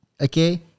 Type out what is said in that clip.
okay